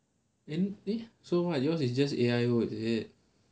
in eh so what yours is just A_I_O is it